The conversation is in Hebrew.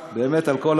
גם שירה ורוני,